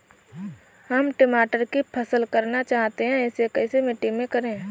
हम टमाटर की फसल करना चाहते हैं इसे कैसी मिट्टी में करें?